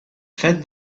fed